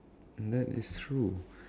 that is true